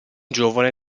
giovane